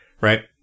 right